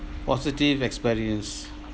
positive experience